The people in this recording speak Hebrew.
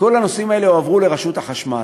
כל הנושאים האלה הועברו לרשות החשמל,